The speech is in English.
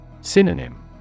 Synonym